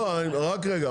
לא, רק רגע.